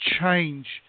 change